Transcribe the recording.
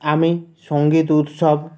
আমি সঙ্গীত উৎসব